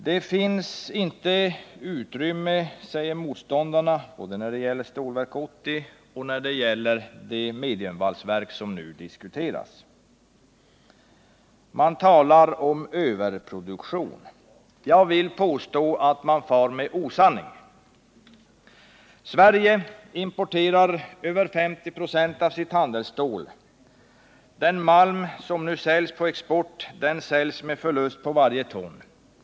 Det finns inte utrymme, säger motståndarna, både när det gäller Stålverk 80 och när det gäller det mediumvalsverk som nu diskuteras. Man talar om överproduktion. Jag vill påstå att man far med osanning. Sverige importerar 50 96 av sitt handelsstål. Den malm som nu säljs på export säljs med förlust på varje ton.